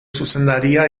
zuzendaria